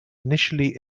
initially